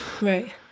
Right